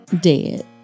dead